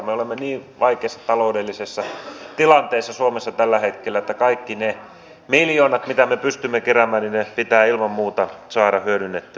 me olemme niin vaikeassa taloudellisessa tilanteessa suomessa tällä hetkellä että kaikki ne miljoonat mitä me pystymme keräämään pitää ilman muuta saada hyödynnettyä